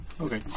Okay